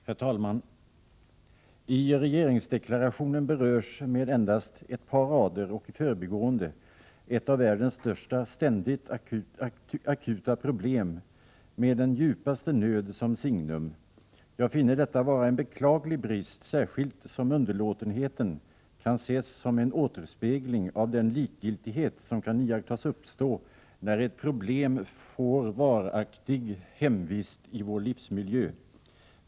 Herr talman! I regeringsdeklarationen berörs med endast ett par rader och i förbigående ett av världens största, ständigt akuta problem med den djupaste nöd som signum. Jag finner detta vara en beklaglig brist, särskilt som underlåtenheten kan ses som en återspegling av den likgiltighet som kan iakttas uppstå när ett problem får varaktig hemvist i vår livsmiljö.